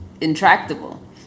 intractable